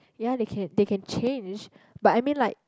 ya they can they can change but I mean like